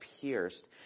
pierced